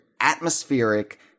atmospheric